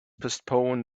postpone